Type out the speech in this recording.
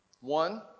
One